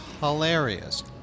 hilarious